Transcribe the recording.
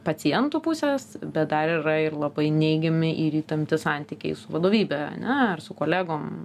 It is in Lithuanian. pacientų pusės bet dar yra ir labai neigiami ir įtempti santykiai su vadovybe ane ar su kolegom